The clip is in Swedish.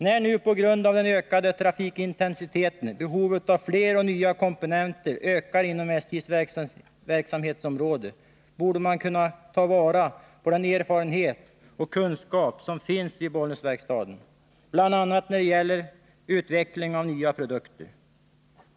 När nu på grund av den ökade trafikintensiteten behovet av fler och nya komponenter ökar inom SJ:s verksamhetsområde borde man kunna ta vara på den erfarenhet och kunskap som finns vid Bollnäsverkstaden, bl.a. när det gäller utveckling av nya produkter.